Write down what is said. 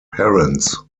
parents